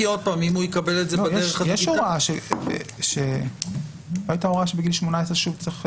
לא הייתה הוראה שבגיל 18 צריך